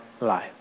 life